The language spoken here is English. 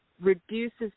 reduces